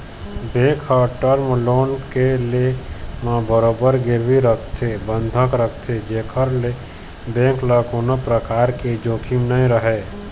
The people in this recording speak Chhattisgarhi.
बेंक ह टर्म लोन के ले म बरोबर गिरवी रखथे बंधक रखथे जेखर ले बेंक ल कोनो परकार के जोखिम नइ रहय